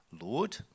Lord